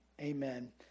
Amen